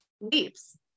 leaps